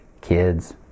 kids